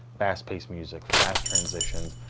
fast paced music, fast transitions,